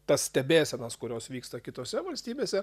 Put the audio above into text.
tas stebėsenas kurios vyksta kitose valstybėse